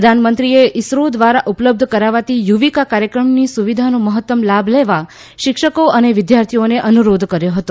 પ્રધાનમંત્રીએ ઇસરો દ્વારા ઉપલબ્ધ કરાવાતી યુવિકા કાર્યક્રમની સુવિધાનો મહત્તમ લાભ લેવા શિક્ષકો અને વિદ્યાર્થીઓને અનુરોધ કર્યો હતો